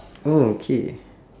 oh okay